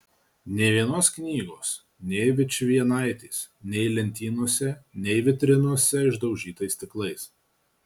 nė vienos knygos nė vičvienaitės nei lentynose nei vitrinose išdaužytais stiklais